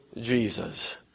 Jesus